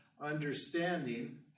understanding